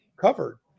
covered